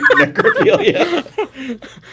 necrophilia